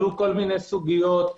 עלו סוגיות,